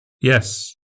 Yes